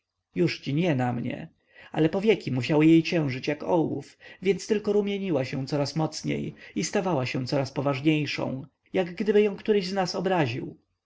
jużci nie na mnie ale powieki musiały jej ciężyć jak ołów więc tylko rumieniła się coraz mocniej i stawała się coraz poważniejszą jak gdyby ją który z nas obraził